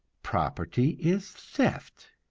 property is theft,